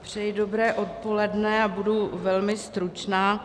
Přeji dobré odpoledne a budu velmi stručná.